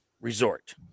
resort